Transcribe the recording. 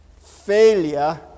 failure